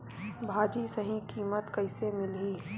भाजी सही कीमत कइसे मिलही?